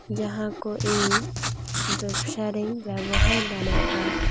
ᱡᱟᱦᱟᱸ ᱠᱚ ᱤᱧ ᱵᱮᱵᱽᱥᱟᱨᱤᱧ ᱵᱮᱵᱚᱦᱟᱨ ᱫᱟᱲᱮᱭᱟᱜᱼᱟ